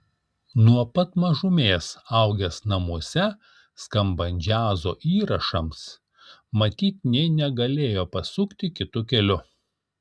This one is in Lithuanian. nuo pat mažumės augęs namuose skambant džiazo įrašams matyt nė negalėjo pasukti kitu keliu